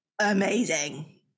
amazing